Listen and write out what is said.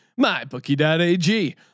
MyBookie.ag